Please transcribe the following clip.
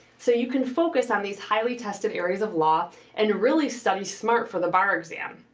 so you can focus on these highly tested areas of law and really study smart for the bar exam.